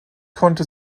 konnte